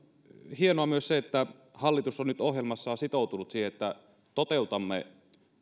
hienoa myös se että hallitus on nyt ohjelmassaan sitoutunut siihen että toteutamme